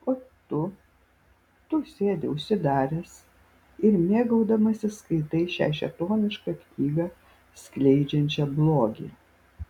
o tu tu sėdi užsidaręs ir mėgaudamasis skaitai šią šėtonišką knygą skleidžiančią blogį